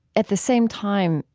at the same time,